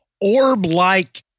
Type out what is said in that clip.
orb-like